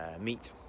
meet